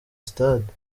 stade